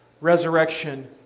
resurrection